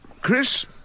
Chris